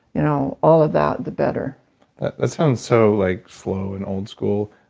you know all of that, the better ah sounds so like slow and old school.